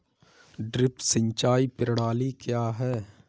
Drip सिंचाई प्रणाली क्या है?